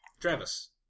Travis